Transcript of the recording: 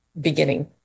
beginning